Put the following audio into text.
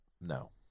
No